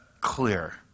clear